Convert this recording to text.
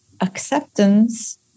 acceptance